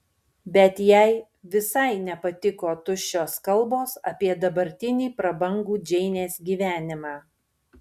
bet jai visai nepatiko tuščios kalbos apie dabartinį prabangų džeinės gyvenimą